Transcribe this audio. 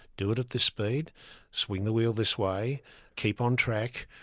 do it at this speed swing the wheel this way keep on track.